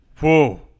Whoa